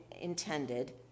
intended